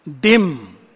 Dim